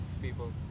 people